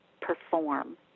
perform